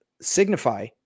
signify